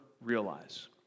realize